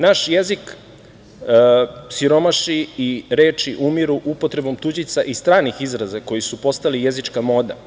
Naš jezik siromaši i reči umiru upotrebom tuđica i stranih izraza koji su postali jezička moda.